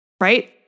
Right